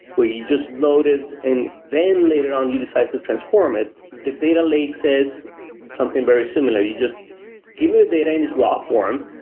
where you just load it and then later on you decide to transform it, the data lake says something very similar, you just give me the data in its raw form,